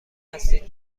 هستید